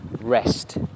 rest